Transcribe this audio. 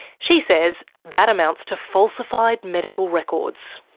she says that amounts to falsified medical records.